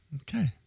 Okay